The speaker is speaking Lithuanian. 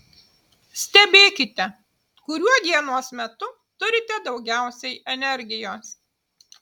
stebėkite kuriuo dienos metu turite daugiausiai energijos